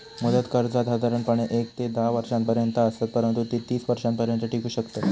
मुदत कर्जा साधारणपणे येक ते धा वर्षांपर्यंत असत, परंतु ती तीस वर्षांपर्यंत टिकू शकतत